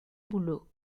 boulot